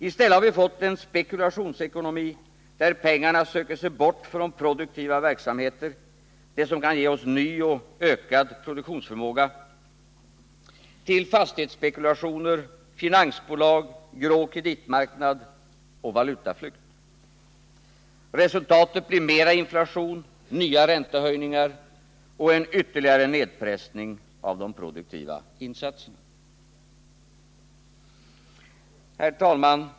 I stället har vi fått en spekulationsekonomi, där pengarna söker sig bort från produktiva verksamheter — det som kan ge oss ny och ökad produktionsförmåga — till fastighetsspekulationer, finansbolag, grå kreditmarknad och valutaflykt. Resultatet blir mera inflation, nya räntehöjningar — och en ytterligare nedpressning av de produktiva insatserna. Herr talman!